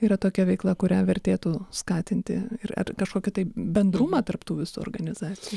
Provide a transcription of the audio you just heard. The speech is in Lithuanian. yra tokia veikla kurią vertėtų skatinti ir ar kažkokį tai bendrumą tarp tų visų organizacijų